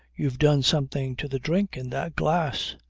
you've done something to the drink in that glass.